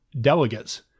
delegates